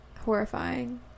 Horrifying